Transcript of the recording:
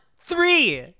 Three